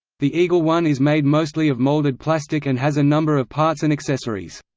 the eagle one is made mostly of molded plastic and has a number of parts and accessories.